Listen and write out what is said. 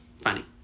Funny